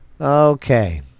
Okay